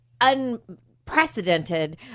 unprecedented